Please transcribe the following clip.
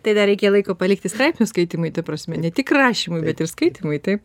tai dar reikia laiko palikti straipsnių skaitymui ta prasme ne tik rašymui bet ir skaitymui taip